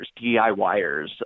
DIYers